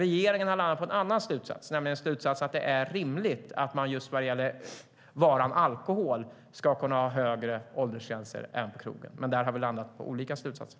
Regeringen har landat på en annan slutsats, nämligen att det just när det gäller varan alkohol är rimligt att man ska kunna ha högre åldersgränser på krogen, men där har vi landat på olika slutsatser.